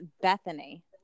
Bethany